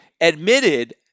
admitted